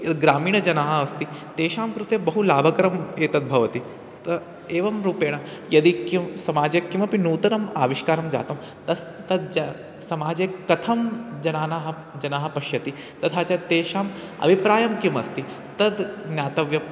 यद् ग्रामीणजनाः अस्ति तेषां कृते बहु लाभकरम् एतद् भवति त एवं रूपेण यदि किं समाजे किमपि नूतनम् आविष्कारं जातं तस् तद् च समाजे कथं जनानाः जनाः पश्यति तथा च तेषाम् अभिप्रायं किमस्ति तत् ज्ञातव्यम्